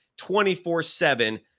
24-7